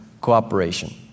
cooperation